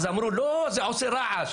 אמרו שזה עושה ראש.